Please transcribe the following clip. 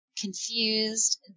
confused